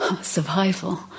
survival